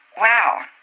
Wow